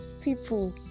people